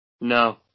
No